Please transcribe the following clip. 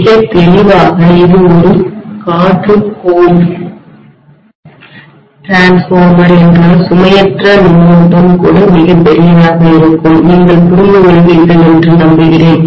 மிக தெளிவாக இது ஒரு காற்று கோர் மின்மாற்றிடிரான்ஸ்ஃபார்மர் என்றால் சுமையற்ற மின்னோட்டம் கூட மிகப் பெரியதாக இருக்கும் நீங்கள் புரிந்துகொள்வீர்கள் என்று நம்புகிறேன்